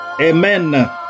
Amen